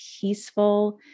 peaceful